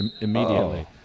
immediately